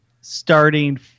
starting